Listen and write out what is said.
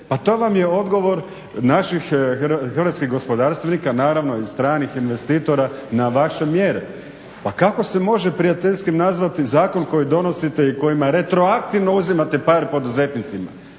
Pa to vam je odgovor naših hrvatskih gospodarstvenika, naravno i stranih investitora na vaše mjere. Pa kako se može prijateljski nazvati zakon koji donosite i kojima retroaktivno uzimate pare poduzetnicima?